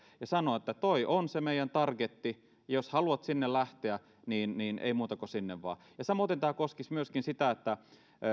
ja sanoa että tuo on se meidän targetti jos haluat sinne lähteä niin niin ei muuta kuin sinne vaan ja samoiten tämä koskisi myöskin sitä että